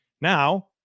Now